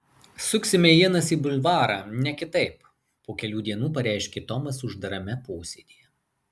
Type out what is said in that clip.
suksime ienas į bulvarą ne kitaip po kelių dienų pareiškė tomas uždarame posėdyje